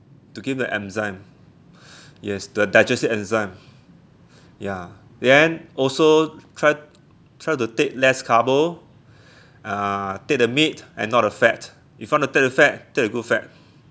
to give the enzyme yes the digestive enzyme ya then also try try to take less carbo uh take the meat and not the fat if want to take the fat take the good fat